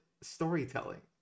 Storytelling